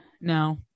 No